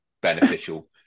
beneficial